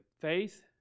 faith